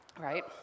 right